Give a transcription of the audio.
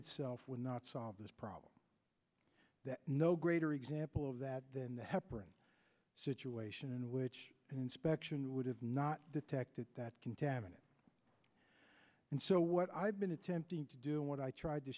itself would not solve this problem no greater example of that than the heparin situation in which an inspection would have not detected that contaminate and so what i've been attempting to do what i tried to